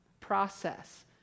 process